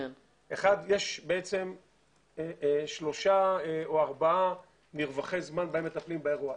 יש שלושה או ארבעה מרווחי זמן בהם מטפלים באירוע.